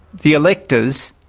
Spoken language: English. the electors,